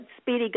Speedy